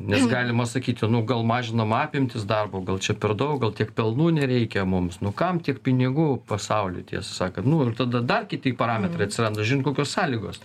nes galima sakyti nu gal mažinam apimtis darbo gal čia per daug gal tiek pelnų nereikia mums nu kam tiek pinigų pasauliui tiesą sakant nu ir tada dar kiti parametrai atsiranda žiūrint kokios sąlygos